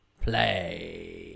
play